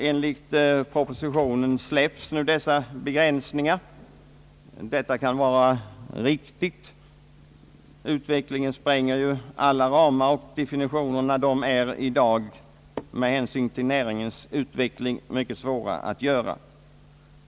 Enligt propositionen släpps nu dessa begränsningar. Detta kan vara riktigt. Utvecklingen spränger ju alla ramar, och definitioner är i dag, med hänsyn till pPäringens utveckling, mycket svåra att göra.